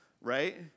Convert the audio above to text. right